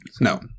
No